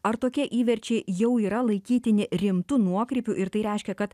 ar tokie įverčiai jau yra laikytini rimtu nuokrypių ir tai reiškia kad